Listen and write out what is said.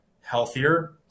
healthier